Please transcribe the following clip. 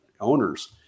owners